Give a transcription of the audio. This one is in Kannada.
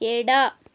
ಎಡ